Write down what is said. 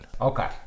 Okay